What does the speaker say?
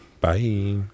Bye